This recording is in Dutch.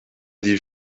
die